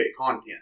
content